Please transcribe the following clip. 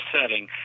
setting